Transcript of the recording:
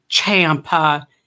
Champa